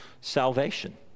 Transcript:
salvation